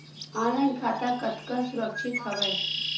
Online खाता कतका सुरक्षित हवय?